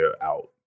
out